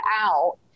out